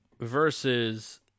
versus